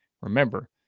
Remember